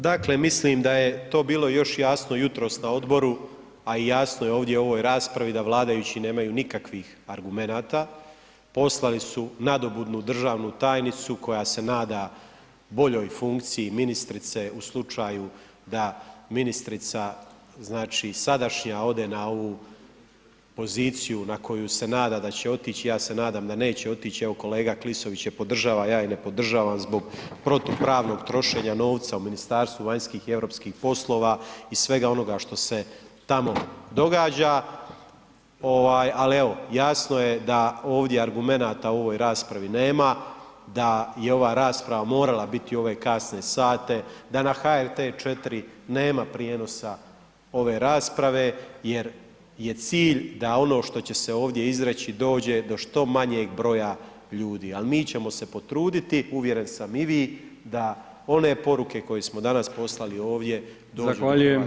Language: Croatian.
Dakle, mislim da je to bilo još jasno jutros na odboru, a jasno je i ovdje u ovoj raspravi da vladajući nemaju nikakvih argumenata, poslali su nadobudnu državnu tajnicu koja se nada boljoj funkciji ministrice u slučaju da ministrica, znači, sadašnja ode na ovu poziciju na koju se nada da će otić, ja se nadam da neće otić, evo kolega Klisović je podržava, ja je ne podržavam zbog protupravnog trošenja novca u Ministarstvu vanjskih i europskih poslova i svega onoga što se tamo događa, ali evo, jasno je da ovdje argumenata u ovoj raspravi nema, da je ova rasprava morala biti u ove kasne sate, da na HRT 4 nema prijenosa ove rasprave jer je cilj da ono što će se ovdje izreći dođe do što manjeg broja ljudi, al mi ćemo se potruditi, uvjeren sam i vi, da one poruke koje smo danas poslali ovdje [[Upadica: Zahvaljujem]] dođu do hrvatskih građana.